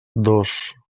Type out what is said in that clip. dos